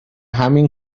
همین